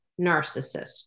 narcissist